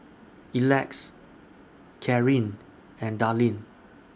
Elex Kareen and Dallin